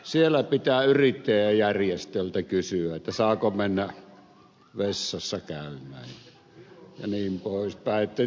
siellä pitää yrittäjäjärjestöltä kysyä saako mennä vessassa käymään jnp